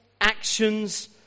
actions